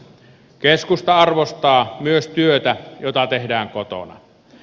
keskusta arvostaa myös työtä jota tehdään kotona